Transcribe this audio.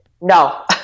no